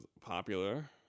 popular